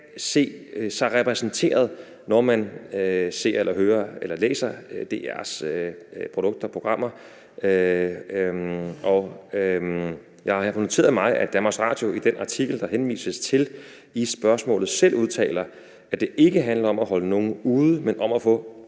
se sig repræsenteret, når man ser, hører eller læser DR's produkter og programmer. Jeg har noteret mig, at DR i den artikel, der henvises til i spørgsmålet, selv udtaler, at det ikke handler om at holde nogen ude, men om at få